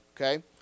Okay